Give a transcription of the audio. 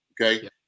okay